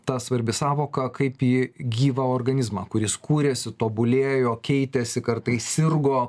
ta svarbi sąvoka kaip į gyvą organizmą kuris kūrėsi tobulėjo keitėsi kartais sirgo